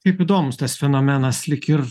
kaip įdomus tas fenomenas lyg ir